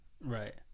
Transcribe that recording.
Right